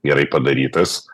gerai padarytas